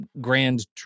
grand